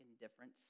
indifference